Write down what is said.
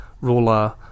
ruler